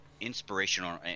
inspirational